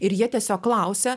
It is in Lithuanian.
ir jie tiesiog klausia